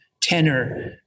tenor